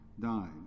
died